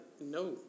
no